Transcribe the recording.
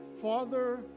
Father